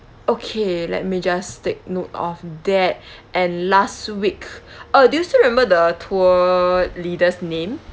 okay let me just take note of that and last week uh do you still remember the tour leader's name